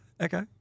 Okay